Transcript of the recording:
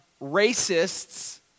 racists